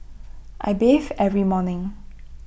I bathe every morning